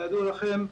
כידוע לכם,